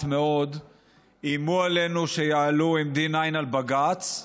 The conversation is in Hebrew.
מאוד איימו עלינו שיעלו עם D9 על בג"ץ,